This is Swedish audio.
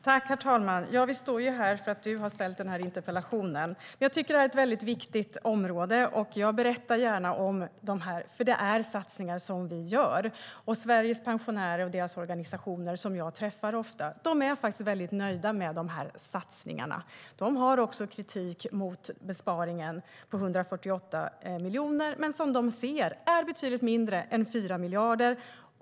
Herr talman! Vi står här för att du har ställt en interpellation, Niklas Wykman. Jag tycker att detta är ett viktigt område, och jag berättar gärna om de satsningar vi gör. Sveriges pensionärer och deras organisationer, som jag träffar ofta, är väldigt nöjda med satsningarna. De har också kritik mot besparingen på 148 miljoner, men de ser att den är betydligt mindre än 4 miljarder.